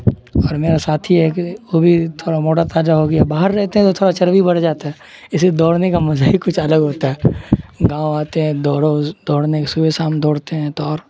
اور میرا ساتھی ہے کہ وہ بھی تھوڑا موٹا تازہ ہو گیا باہر رہتے ہیں تو تھوڑا چربی بڑھ جاتا ہے اسے دوڑنے کا مزہ ہی کچھ الگ ہوتا ہے گاؤں آتے ہیں دوڑو دوڑنے کے صبح شام دوڑتے ہیں تو اور